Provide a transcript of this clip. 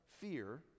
fear